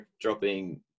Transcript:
dropping